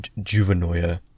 juvenile